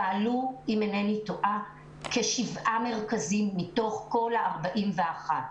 פעלו, אם אינני טועה, כשבעה מרכזים מתוך כל ה-41.